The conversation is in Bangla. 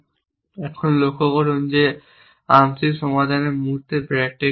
এখন লক্ষ্য করুন যে আংশিক সমাধানের মুহুর্তে ব্যাকট্র্যাকিং ঘটে